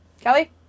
Kelly